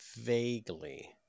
vaguely